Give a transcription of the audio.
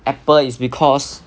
Apple is because